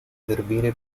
servire